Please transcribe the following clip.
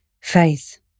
faith